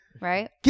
right